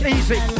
Easy